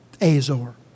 Azor